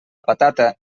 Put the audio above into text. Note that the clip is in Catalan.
patata